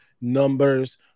numbers